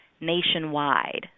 nationwide